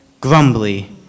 grumbly